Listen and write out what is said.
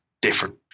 different